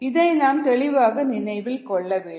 இதை நாம் தெளிவாக நினைவில் கொள்ள வேண்டும்